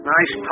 Nice